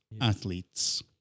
athletes